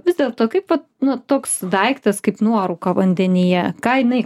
vis dėlto kaip vat nu toks daiktas kaip nuorūka vandenyje ką jinai